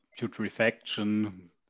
Putrefaction